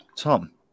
Tom